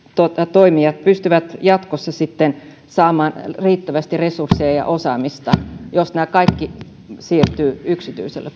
toimijat pystyvät jatkossa sitten saamaan riittävästi resursseja ja osaamista jos nämä kaikki siirtyvät yksityiselle